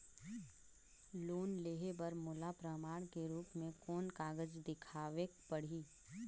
Loan लेहे बर मोला प्रमाण के रूप में कोन कागज दिखावेक पड़ही?